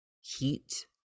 heat